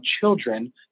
children